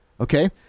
okay